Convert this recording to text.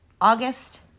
August